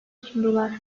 sundular